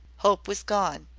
hope was gone.